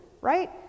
right